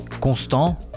Constant